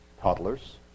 toddlers